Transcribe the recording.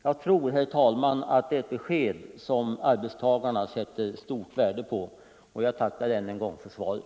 Jag tror, herr talman, att det är ett besked som arbetstagarna sätter stort värde på, och jag tackar än en gång för svaret.